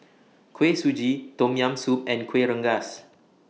Kuih Suji Tom Yam Soup and Kuih Rengas